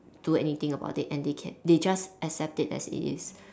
do anything about it and they can they just accept it as it is